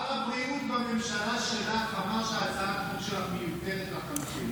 שר הבריאות בממשלה שלך אמר שהצעת החוק שלך מיותרת לחלוטין.